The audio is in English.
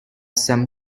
some